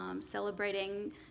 celebrating